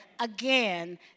Again